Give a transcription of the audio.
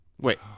Wait